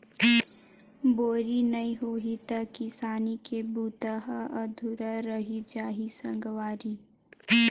बोरी नइ होही त किसानी के बूता ह अधुरा रहि जाही सगवारी